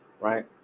right